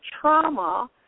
trauma